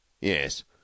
Yes